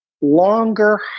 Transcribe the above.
longer